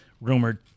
rumored